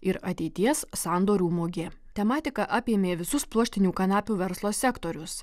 ir ateities sandorių mugė tematiką apėmė visus pluoštinių kanapių verslo sektorius